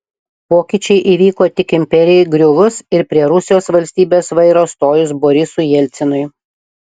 pokyčiai įvyko tik imperijai griuvus ir prie rusijos valstybės vairo stojus borisui jelcinui